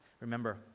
Remember